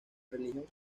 religión